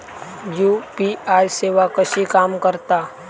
UPI सेवा कशी काम करता?